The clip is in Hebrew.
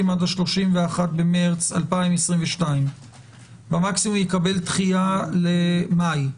עד 31.3.2022. מקסימום יקבל דחייה למאי.